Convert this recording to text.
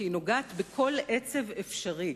כי היא נוגעת בכל עצב אפשרי: